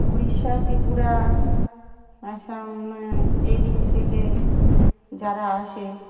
উড়িষ্যা ত্রিপুরা অসম এই দিক থেকে যারা আসে